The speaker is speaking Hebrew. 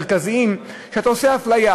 המרכזיים הוא שאתה עושה אפליה: